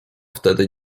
wtedy